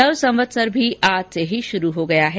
नवसंवत्सर भी आज से शुरू हो गया है